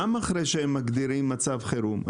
גם אחרי שהם מגדירים מצב חירום,